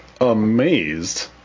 amazed